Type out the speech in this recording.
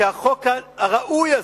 שהחוק הראוי הזה,